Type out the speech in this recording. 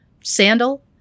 sandal